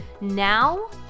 now